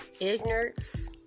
ignorance